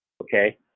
Okay